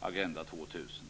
Agenda 2000?